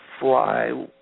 fly